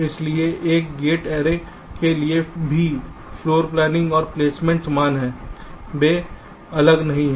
इसलिए एक gate array के लिए भी फ्लोर प्लानिंग और प्लेसमेंट समान है वे अलग नहीं हैं